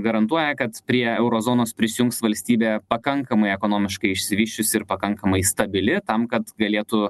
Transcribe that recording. garantuoja kad prie euro zonos prisijungs valstybė pakankamai ekonomiškai išsivysčiusi ir pakankamai stabili tam kad galėtų